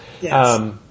Yes